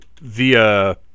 via